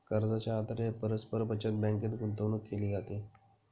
कर्जाच्या आधारे परस्पर बचत बँकेत गुंतवणूक केली जाते